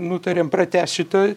nutarėm pratęst šitą